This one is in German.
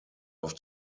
auf